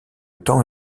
temps